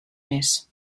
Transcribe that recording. més